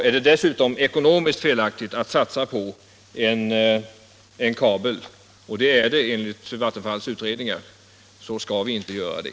Är det dessutom ekonomiskt felaktigt att satsa på en kabel, vilket det är enligt Vattenfalls utredningar, skall vi heller inte göra det.